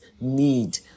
need